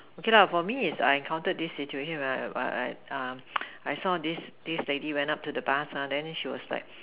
okay lah for me is I encountered this situation when I I I I saw this this lady went up to the bus then she was like